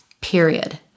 Period